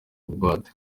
bugwate